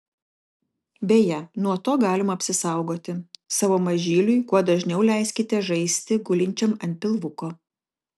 beje nuo to galima apsisaugoti savo mažyliui kuo dažniau leiskite žaisti gulinčiam ant pilvuko